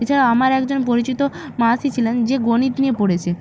এছাড়া আমার একজন পরিচিত মাসি ছিলেন যে গণিত নিয়ে পড়েছে